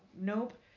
nope